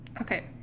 Okay